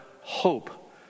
hope